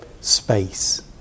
space